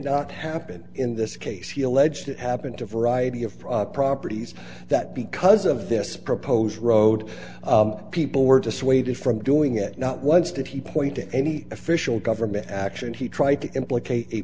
not happen in this case he alleged it happened to a variety of properties that because of this proposed road people were dissuaded from doing it not once did he point to any official government action he tried to implicate